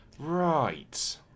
Right